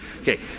Okay